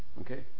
Okay